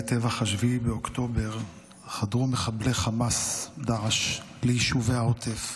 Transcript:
בטבח 7 באוקטובר חדרו מחבלי חמאס-דאעש ליישובי העוטף.